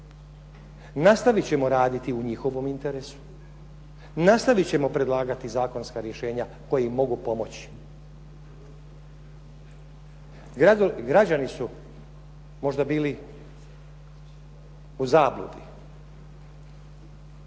nastaviti ćemo raditi u njihovom interesu, nastaviti ćemo predlagati zakonska rješenja koja im mogu pomoći. Građani su možda bili u zabludi